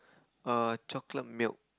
err chocolate milk